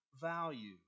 value